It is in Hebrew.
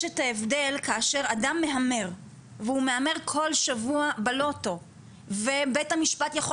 את ההבדל כאשר אדם מהמר והוא מהמר כל שבוע בלוטו ובית המשפט יכול